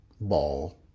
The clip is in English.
ball